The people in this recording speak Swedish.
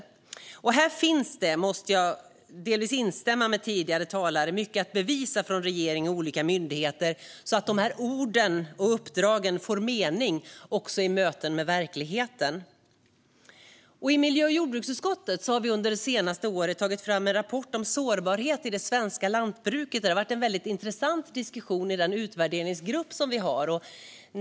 Jag instämmer delvis med tidigare talare om att det här finns mycket att bevisa från regering och olika myndigheter så att dessa ord och uppdrag också får mening i mötet med verkligheten. I miljö och jordbruksutskottet har vi under det senaste året tagit fram en rapport om sårbarhet i det svenska lantbruket, och det har varit en intressant diskussion i vår utvärderingsgrupp.